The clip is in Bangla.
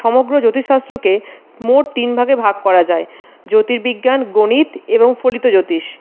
সমগ্র জ্যোতিষ শাস্ত্রকে মোট তিন ভাগে ভাগ করা যায় জ্যোতির্বিজ্ঞান গণিত এবং ফলিত জ্যোতিষ